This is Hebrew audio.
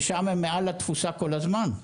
ששם הם מעל התפוסה כל הזמן.